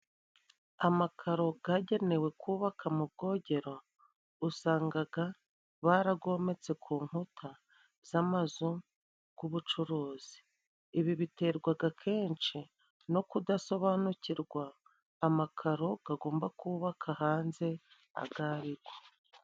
Amakaro gagenewe kubaka mu bwogero, usangaga baragometse ku nkuta z'amazu g'ubucuruzi. Ibi biterwaga kenshi no kudasobanukirwa amakaro gagomba kubaka hanze ago arigo.